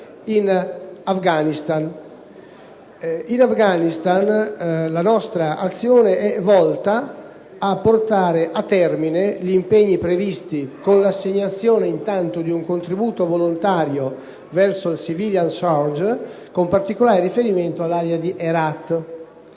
In Afghanistan la nostra azione è volta a portare a termine gli impegni previsti, con l'assegnazione di un contributo volontario verso il *Civilian Surge,* con particolare riferimento all'area di Herat.